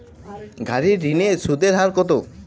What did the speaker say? গাড়ির ঋণের সুদের হার কতো?